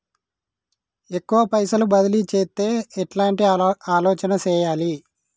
ఎక్కువ పైసలు బదిలీ చేత్తే ఎట్లాంటి ఆలోచన సేయాలి?